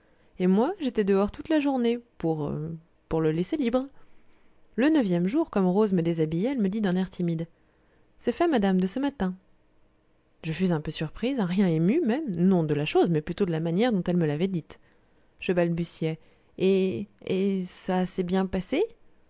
et moi j'étais dehors toute la journée pour pour le laisser libre le neuvième jour comme rose me déshabillait elle me dit d'un air timide c'est fait madame de ce matin je fus un peu surprise un rien émue même non de la chose mais plutôt de la manière dont elle me l'avait dite je balbutiai et et ça c'est bien passé